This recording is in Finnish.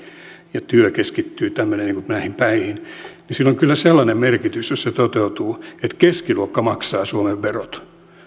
ja työ keskittyy niihin päihin on kyllä merkitystä jos se toteutuu kun keskiluokka maksaa suomen verot